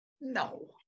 No